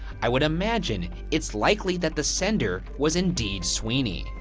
i would imagine it's likely that the sender was indeed sweeney.